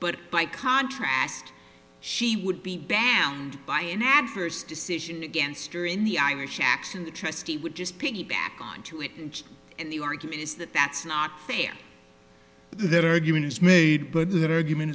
but by contrast she would be banned by an adverse decision against her in the irish action the trustee would just piggy back onto it and the argument is that that's not fair that argument is made but that argument